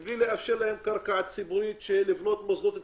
מבלי לאפשר להם קרקע ציבורית לבניית מוסדות ציבוריים.